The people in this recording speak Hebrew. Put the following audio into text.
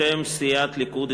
בשם סיעת הליכוד,